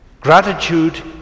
Gratitude